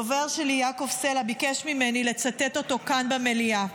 הדובר שלי יעקב סלע ביקש ממני לצטט אותו כאן במליאה,